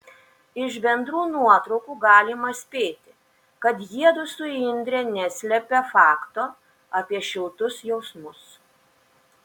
iš bendrų nuotraukų galima spėti kad jiedu su indre neslepia fakto apie šiltus jausmus